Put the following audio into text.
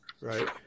Right